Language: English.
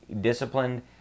disciplined